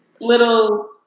little